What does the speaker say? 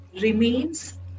remains